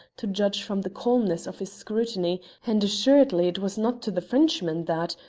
to judge from the calmness of his scrutiny, and assuredly it was not to the frenchman that,